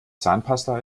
zahnpasta